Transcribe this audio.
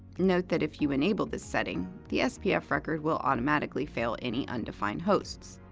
note that if you enable this setting, the spf record will automatically fail any undefined hosts.